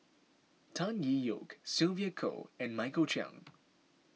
Tan Tee Yoke Sylvia Kho and Michael Chiang